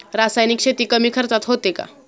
रासायनिक शेती कमी खर्चात होते का?